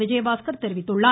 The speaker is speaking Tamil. விஜயபாஸ்கர் தெரிவித்துள்ளார்